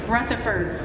Rutherford